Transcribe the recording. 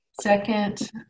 Second